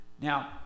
Now